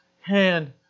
hand